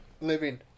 living